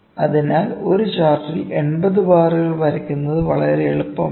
അതിനാൽ ഒരു ചാർട്ടിൽ 80 ബാറുകൾ വരയ്ക്കുന്നത് വളരെ എളുപ്പമല്ല